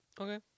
Okay